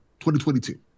2022